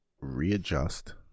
readjust